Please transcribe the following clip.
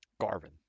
Garvin